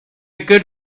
good